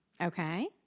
Okay